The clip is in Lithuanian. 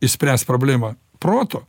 išspręst problemą proto